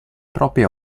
proprie